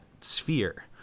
sphere